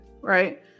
right